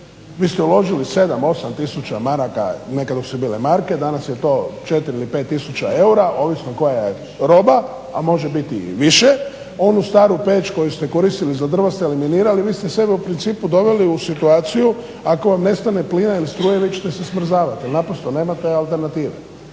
vi ste uložili 7, 8 tisuća maraka, nekad dok su bile marke, danas je to 4, 5 tisuća eura ovisno koja je roga a može biti više, onu staru peć koju ste koristili za drva eliminirali i vi ste u principu doveli u situaciju ako vam nestane plina ili struje vi ćete se smrzavati jer naprosto nemate alternative.